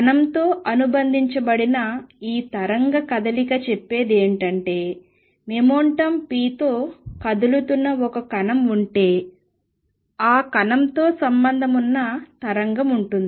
కణంతో అనుబంధించబడిన ఈ తరంగ కదలిక చెప్పేదేమిటంటే మొమెంటం p తో కదులుతున్న ఒక కణం ఉంటే ఆ కణంతో సంబంధం ఉన్న తరంగం ఉంటుంది